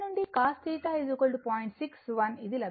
61 ఇది లభిస్తుంది